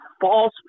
false